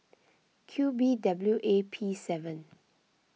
Q B W A P seven